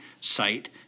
site